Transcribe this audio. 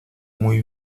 muy